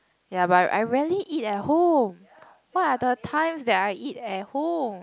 ya but I rarely eat at home what are the times that I eat at home